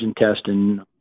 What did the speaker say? intestine